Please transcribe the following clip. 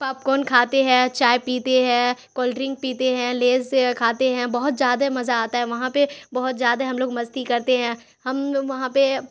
popcorn کھاتے ہے چائے پیتے ہے کولڈ ڈرنک پیتے ہیں لیز کھاتے ہیں بہت زیادہ مزہ آتا ہے وہاں پہ بہت زیادہ ہم لوگ مستی کرتے ہیں ہم لوگ وہاں پہ